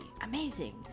Amazing